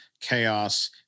chaos